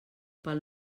pel